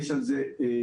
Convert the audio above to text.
יש על זה דיון,